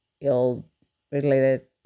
ill-related